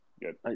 Good